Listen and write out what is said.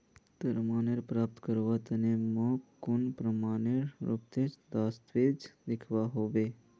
ऋण प्राप्त करवार तने मोक कुन प्रमाणएर रुपोत दस्तावेज दिखवा होबे?